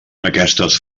aquestes